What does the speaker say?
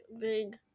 big